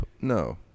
No